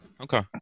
okay